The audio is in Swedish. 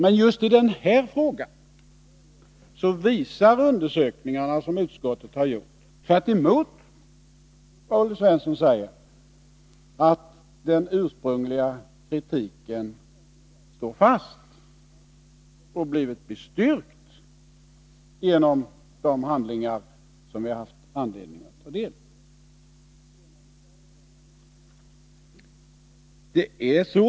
Just i den här frågan visar emellertid de undersökningar som utskottet har gjort, tvärtemot vad Olle Svensson säger, att den ursprungliga kritiken står fast och har blivit bestyrkt genom de handlingar som vi har haft anledning att ta del av.